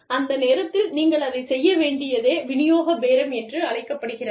அந்த நேரத்தில் நீங்கள் அதைச் செய்ய வேண்டியதே விநியோக பேரம் என்று அழைக்கப்படுகிறது